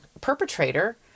perpetrator